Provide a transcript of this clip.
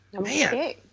Man